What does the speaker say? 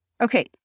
Okay